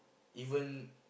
even